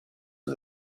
for